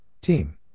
Team